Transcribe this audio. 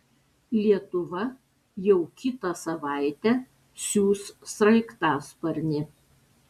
lietuva jau kitą savaitę siųs sraigtasparnį